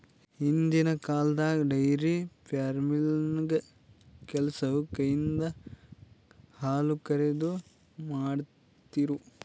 ಹಿಂದಿನ್ ಕಾಲ್ದಾಗ dairy farming ಕೆಲಸವು ಕೈಯಿಂದ ಹಾಲುಕರೆದು, ಮಾಡ್ತಿರು